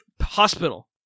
Hospital